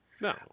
No